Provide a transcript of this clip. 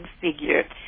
figure